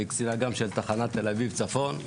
אני קצין אג"ם של תחנת תל אביב צפון,